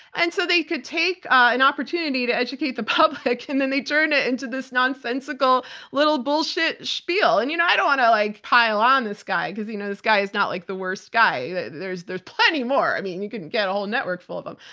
and so they could take an opportunity to educate the public, and then they turned it into this nonsensical little bullshit spiel. and you know i don't want to like pile on this guy, because you know this guy is not like the worst guy. there's there's plenty more. i mean, you could get a whole network full of them,